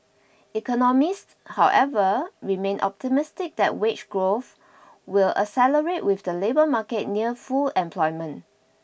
economists however remain optimistic that wage growth will accelerate with the labour market near full employment